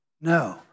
no